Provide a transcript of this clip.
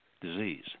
disease